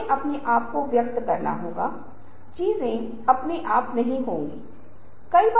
Thomas Edison के साथ क्या होता है युवा थॉमस एडिसन का विवरण यहां दिया गया है